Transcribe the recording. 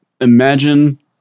imagine